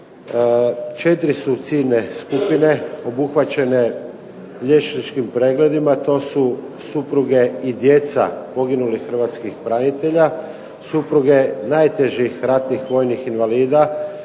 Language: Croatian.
Četiri su ciljne skupine obuhvaćene liječničkim pregledima. To su supruge i djeca poginulih hrvatskih branitelja, supruge najtežih ratnih vojnih invalida